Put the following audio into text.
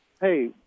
hey